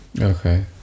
Okay